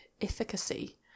efficacy